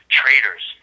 traitors